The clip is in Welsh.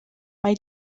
mae